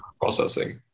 processing